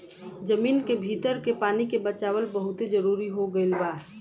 जमीन के भीतर के पानी के बचावल बहुते जरुरी हो गईल बा